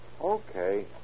Okay